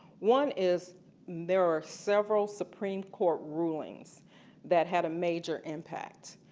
one is there are several supreme court rulings that had a major impact.